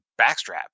backstrap